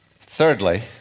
Thirdly